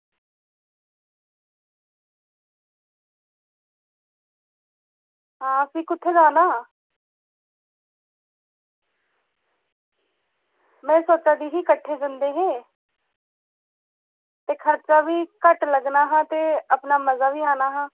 आं भी कुत्थें जाना आं में सोचा दी ही किट्ठे जंदे हे ते खर्चा बी घट्ट लग्गना हा ते अपना मज़ा बी आना हा